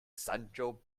sancho